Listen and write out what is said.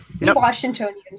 Washingtonians